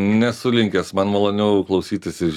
nesu linkęs man maloniau klausytis iš